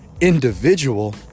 individual